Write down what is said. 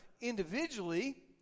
Individually